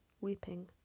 weeping